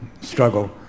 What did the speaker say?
struggle